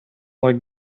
like